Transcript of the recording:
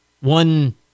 One